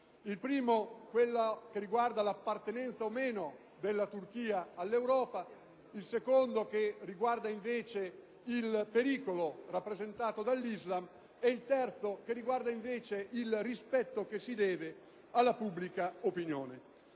Il primo riguarda l'appartenenza, o meno, della Turchia all'Europa; il secondo riguarda il pericolo rappresentato dall'Islam; il terzo riguarda, infine, il rispetto che si deve alla pubblica opinione.